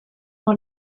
dans